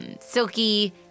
silky